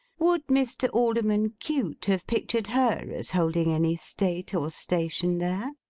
would mr. alderman cute have pictured her as holding any state or station there?